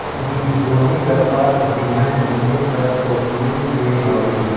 बीजगोनी कर अरथ बीहन बुने कर टोपली ले हवे